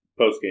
postgame